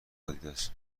آدیداس